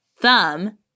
thumb